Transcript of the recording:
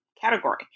category